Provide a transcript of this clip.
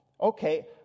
okay